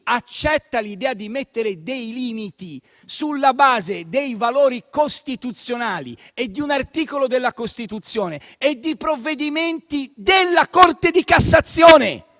accetta l'idea di mettere dei limiti sulla base dei valori costituzionali e di un articolo della Costituzione e di provvedimenti della Corte di cassazione,